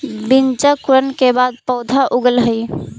बीजांकुरण के बाद पौधा उगऽ हइ